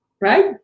right